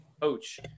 coach